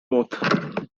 both